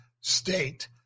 state